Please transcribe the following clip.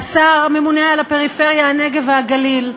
השר הממונה על הפריפריה, הנגב והגליל,